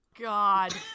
God